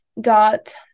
dot